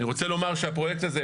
אני רוצה לומר שהפרויקט הזה,